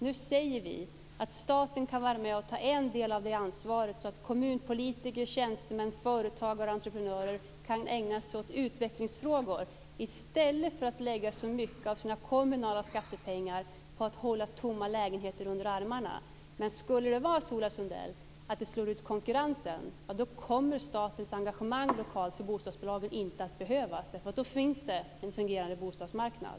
Nu säger vi att staten kan vara med och ta en del av det ansvaret, så att kommunpolitiker, tjänstemän, företagare och entreprenörer kan ägna sig åt utvecklingsfrågor i stället för att lägga så mycket av sina kommunala skattepengar på tomma lägenheter. Men skulle det vara så, Ola Sundell, att detta slår ut konkurrensen, kommer statens engagemang lokalt i bostadsbolagen inte att behövas, för då finns det en fungerande bostadsmarknad.